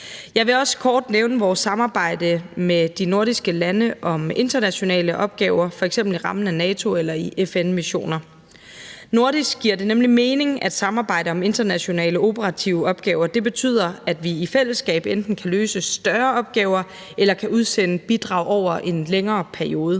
Jeg vil også kort nævne vores samarbejde med de nordiske lande om internationale opgaver, f.eks. inden for rammerne af NATO eller i FN-missioner. Nordisk giver det nemlig mening at samarbejde om internationale operative opgaver. Det betyder, at vi i fællesskab enten kan løse større opgaver eller kan udsende bidrag over en længere periode.